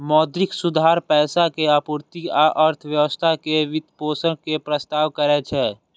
मौद्रिक सुधार पैसा के आपूर्ति आ अर्थव्यवस्था के वित्तपोषण के प्रस्ताव करै छै